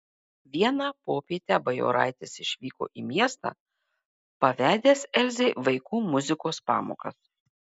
vieną popietę bajoraitis išvyko į miestą pavedęs elzei vaikų muzikos pamokas